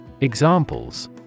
Examples